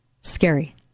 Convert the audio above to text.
scary